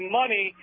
money